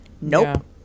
Nope